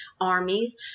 armies